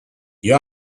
you